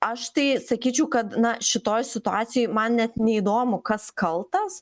aš tai sakyčiau kad na šitoj situacijoj man net neįdomu kas kaltas